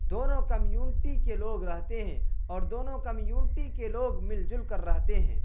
دونوں کمیونٹی کے لوگ رہتے ہیں اور دونوں کمیونٹی کے لوگ مل جل کر رہتے ہیں